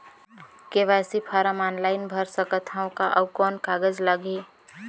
KYC form online भर सकत हवं का? अउ कौन कागज लगही?